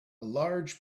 large